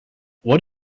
what